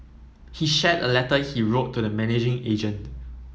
he shared a letter he wrote to the managing agent